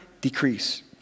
decrease